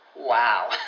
wow